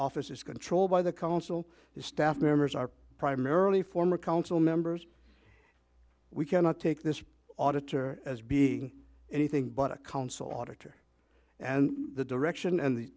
office is going to troll by the council the staff members are primarily former council members we cannot take this auditor as being anything but a council auditor and the direction and